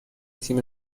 تیم